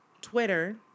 Twitter